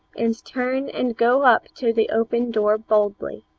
and turn and go up to the open door boldly,